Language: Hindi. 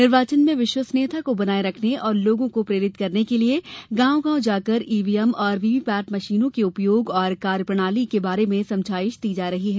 निर्वाचन में विश्वसनीयता को बनाये रखने और लोगों को प्रेरित करने के लिये गांव गांव जाकर ईवीएम और वीवीपैट मशीनों के उपयोग और कार्यप्रणाली के बारे में समझाइश दी जा रही है